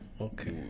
Okay